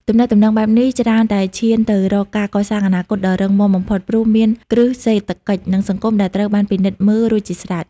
ទំនាក់ទំនងបែបនេះច្រើនតែឈានទៅរកការកសាងអនាគតដ៏រឹងមាំបំផុត ព្រោះមានគ្រឹះសេដ្ឋកិច្ច និងសង្គមដែលត្រូវបានពិនិត្យមើលរួចជាស្រេច។